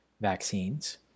vaccines